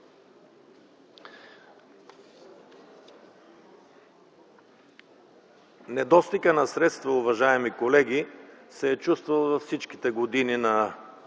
Недостигът на средства, уважаеми колеги, се е чувствал през всички години на